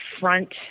front